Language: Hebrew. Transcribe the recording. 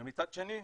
ומצד שני,